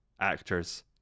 actors